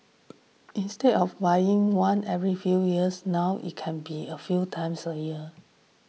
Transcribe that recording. instead of buying one every few years now it can be a few times a year